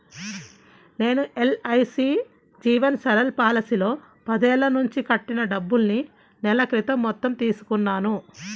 నేను ఎల్.ఐ.సీ జీవన్ సరల్ పాలసీలో పదేళ్ళ నుంచి కట్టిన డబ్బుల్ని నెల క్రితం మొత్తం తీసుకున్నాను